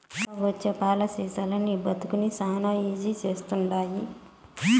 కొత్తగొచ్చే పాలసీలనీ నీ బతుకుని శానా ఈజీ చేస్తండాయి